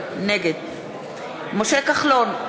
נגד משה כחלון,